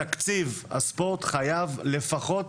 שתקציב הספורט חייב לפחות